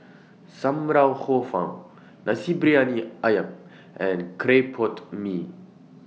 SAM Lau Hor Fun Nasi Briyani Ayam and Clay Pot Mee